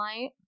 light